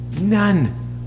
None